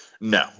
No